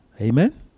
Amen